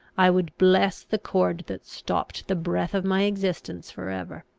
i would bless the cord that stopped the breath of my existence for ever.